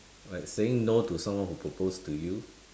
like saying no to someone who propose to you